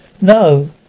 No